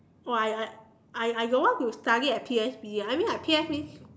oh I I I do want to study at P_S_B I mean at P_S_B